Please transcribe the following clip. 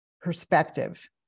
perspective